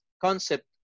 concept